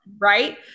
right